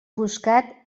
buscat